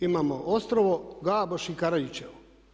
Imamo Ostrovo, Gaboš i Karadžićevo.